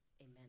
Amen